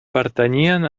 pertanyien